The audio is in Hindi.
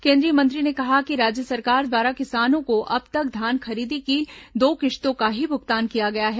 केंद्रीय मंत्री ने कहा कि राज्य सरकार द्वारा किसानों को अब तक धान खरीदी की दो किश्तों का ही भुगतान किया गया है